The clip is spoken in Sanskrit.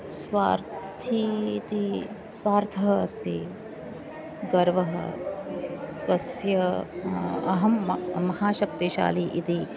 स्वार्थी इति स्वार्थः अस्ति गर्वः स्वस्य अहं महाशक्तिशाली इति